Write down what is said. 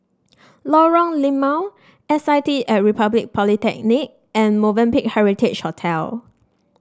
Lorong Limau S I T at Republic Polytechnic and Movenpick Heritage Hotel